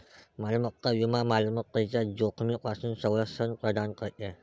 मालमत्ता विमा मालमत्तेच्या जोखमीपासून संरक्षण प्रदान करते